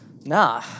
Nah